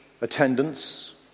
attendance